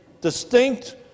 distinct